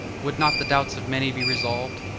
would not the doubts of many be resolved,